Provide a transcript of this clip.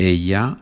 Ella